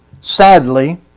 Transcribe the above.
Sadly